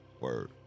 word